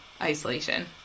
isolation